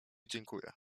dziękuję